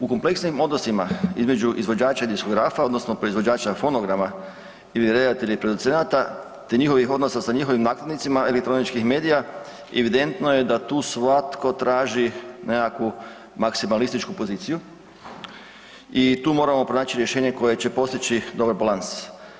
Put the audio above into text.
U kompleksnim odnosima između izvođača i diskografa odnosno proizvođača fonograma ili redatelja i producenata te njihovim odnosa sa njihovim nakladnicima elektroničkih medija evidentno je da tu svatko traži nekakvu maksimalističku poziciju i tu moramo pronaći rješenje koje će postići dobar balans.